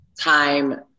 time